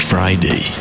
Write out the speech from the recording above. Friday